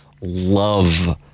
love